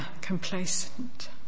complacent